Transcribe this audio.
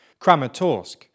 Kramatorsk